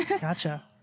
gotcha